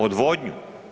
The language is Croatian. Odvodnju?